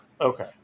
Okay